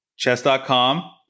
chess.com